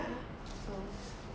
so ya